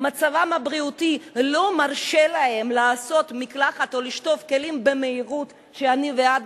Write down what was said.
מצבם הבריאותי לא מרשה להם לעשות מקלחת או לשטוף כלים במהירות שאני ואת,